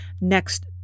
next